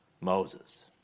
Moses